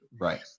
Right